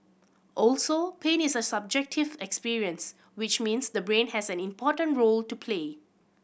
also pain is a subjective experience which means the brain has an important role to play